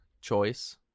choice